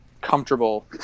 comfortable